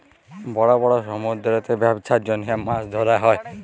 বড় বড় সমুদ্দুরেতে ব্যবছার জ্যনহে মাছ ধ্যরা হ্যয়